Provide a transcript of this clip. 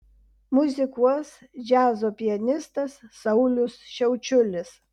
muzikuos džiazo pianistas saulius šiaučiulis